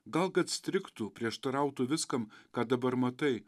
gal kad strigtų prieštarautų viskam ką dabar matai